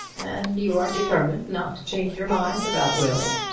and you are determined not to change your mind about will?